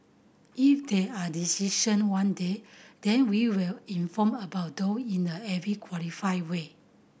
if there are decision one day then we will inform about those in a every qualified way